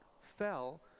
fell